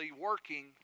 working